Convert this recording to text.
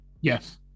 yes